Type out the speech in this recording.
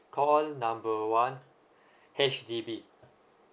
call number one H_D_B